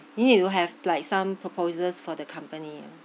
you need to have like some proposals for the company